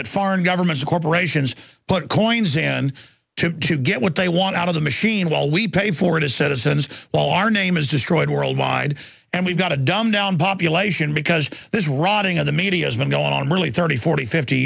that foreign governments corporations put claims in to to get what they want out of the machine while we pay for it as citizens while our name is destroyed for a guide and we've got a dumbed down population because this ranting of the media has been going on really thirty forty fifty